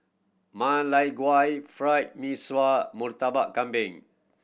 Ma Lai Gao Fried Mee Sua Murtabak Kambing